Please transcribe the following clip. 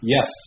Yes